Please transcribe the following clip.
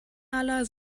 aller